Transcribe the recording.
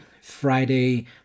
Friday